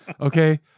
Okay